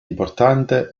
importante